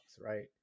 right